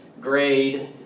grade